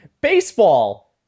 Baseball